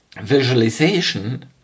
visualization